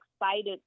excited